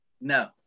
No